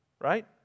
Right